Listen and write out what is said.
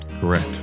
correct